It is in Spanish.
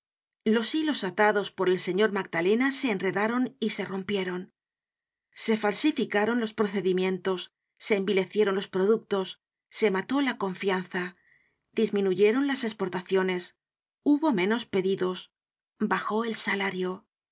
los hilos atados por el señor magdalena se enredaron y se rompieron se falsificaron los procedimientos se envilecieron los productos se mató la confianza disminuyeron las esportaciones hubo menos pedidos bajó el salario